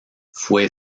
fue